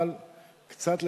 אבל קצת,